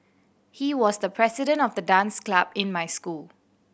he was the president of the dance club in my school